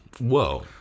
Whoa